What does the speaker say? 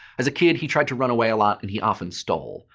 as a kid, he tried to run away a lot, and he often stole.